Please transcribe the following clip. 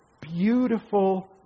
beautiful